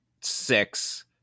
six